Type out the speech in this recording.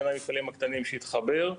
בין המפעלים הקטנים שהתחבר,